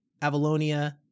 Avalonia